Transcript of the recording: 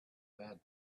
bed